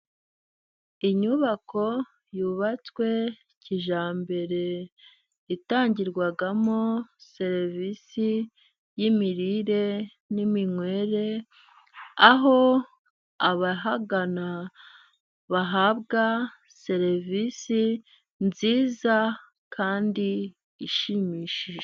Inyubako yubatswe kijyambere, itangirwamo serivisi yimirire n'minywere, aho abahagana bahabwa serivisi nziza, kandi ishimishije.